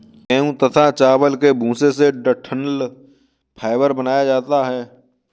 गेहूं तथा चावल के भूसे से डठंल फाइबर बनाया जाता है